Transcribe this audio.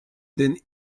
then